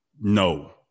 no